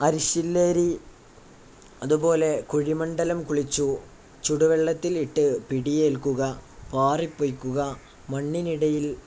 അരിശില്ലേരി അതുപോലെ കുഴിമണ്ഡലം കുളിച്ചു ചുടുവെള്ളത്തിൽ ഇട്ട് പിടിയേൽക്കുക പാറിപ്പൊയ്ക്കുക മണ്ണിനിടയിൽ